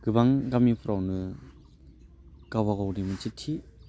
गोबां गामिफ्रावनो गावबा गावनि मोनसे थि